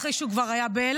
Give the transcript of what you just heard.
אחרי שהוא כבר היה באילת,